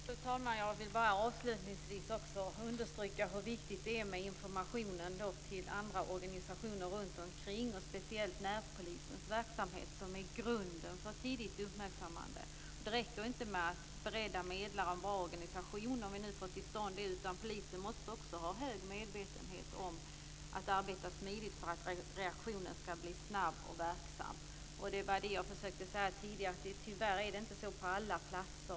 Fru talman! Jag vill bara avslutningsvis understryka hur viktigt det är med informationen till andra organisationer runtomkring. Speciellt närpolisens verksamhet är grunden för ett tidigt uppmärksammande. Det räcker inte med ge medlaren en bra organisation - om vi nu får till stånd det - utan polisen måste också ha en hög medvetenhet om att arbeta smidigt för att reaktionen skall bli snabb och verksam. Det var det jag försökte säga tidigare. Tyvärr är det inte så på alla platser.